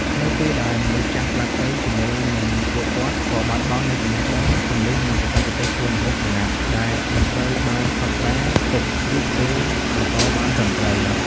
នៅពេលដែលមនុស្សចាស់ស្លាប់ទៅ ជាមួយនឹងពួកគាត់ក៏បាត់បង់នូវចំណេះដឹង គន្លឹះ និងបច្ចេកទេសធ្វើម្ហូបសម្ងាត់ ដែលមិនត្រូវបានកត់ត្រាទុក ឬផ្ទេរបន្តបានត្រឹមត្រូវ។